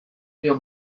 dio